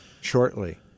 shortly